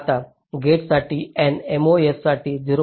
आता गेटसाठी nMOS साठी 0